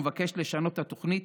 הוא מבקש לשנות את התוכנית,